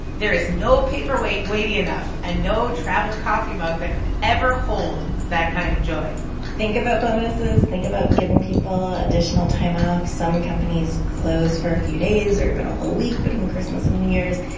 there is no paperweight weighty enough and no travel coffee mug that could ever hold that kind of joy think about bonuses. think about giving people additional time off. some companies close for a few days or even a whole week between christmas and new year's.